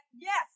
Yes